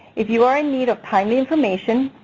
if you are in need of timely information,